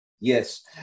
Yes